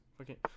Okay